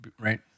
Right